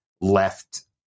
left